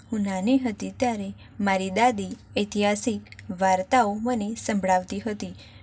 હું નાની હતી ત્યારે મારી દાદી ઐતિહાસિક વાર્તાઓ મને સંભળાવતી હતી